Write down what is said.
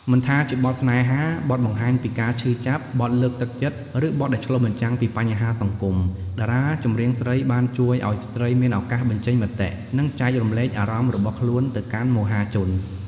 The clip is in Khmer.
មិនថាជាបទស្នេហា បទបង្ហាញពីការឈឺចាប់ បទលើកទឹកចិត្ត ឬបទដែលឆ្លុះបញ្ចាំងពីបញ្ហាសង្គម តារាចម្រៀងស្រីបានជួយឱ្យស្ត្រីមានឱកាសបញ្ចេញមតិ និងចែករំលែកអារម្មណ៍របស់ខ្លួនទៅកាន់មហាជន។